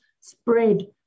spread